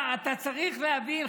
אתה צריך להבין,